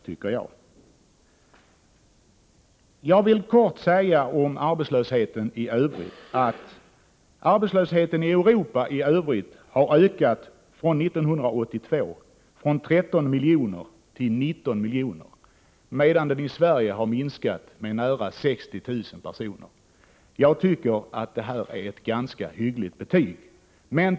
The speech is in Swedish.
Beträffande arbetslösheten i övrigt vill jag kortfattat säga att arbetslösheten i Europa sedan 1982 har ökat från 13 miljoner till 19 miljoner. I Sverige har arbetslösheten minskat med nära 60 000 personer. Jag tycker att det är ett ganska hyggligt resultat.